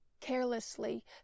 Carelessly